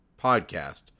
Podcast